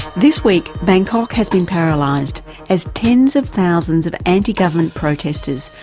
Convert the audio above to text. this week, bangkok has been paralysed, as tens of thousands of anti-government protesters,